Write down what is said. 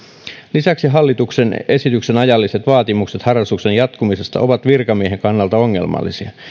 lisäksi hallituksen esityksen ajalliset vaatimukset harrastuksen jatkumisesta ovat virkamiehen kannalta ongelmallisia